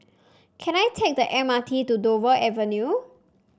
can I take the M R T to Dover Avenue